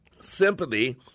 Sympathy